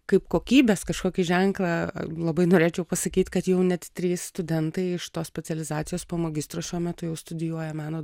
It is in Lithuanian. kaip kokybės kažkokį ženklą labai norėčiau pasakyt kad jau net trys studentai iš tos specializacijos po magistro šiuo metu jau studijuoja meno